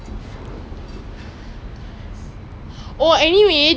but now like you quite free [what] so if you take also